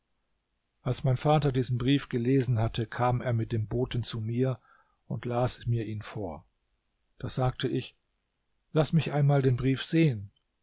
als mein vater diesen brief gelesen hatte kam er mit dem boten zu mir und las mir ihn vor da sagte ich laß mich einmal den brief sehen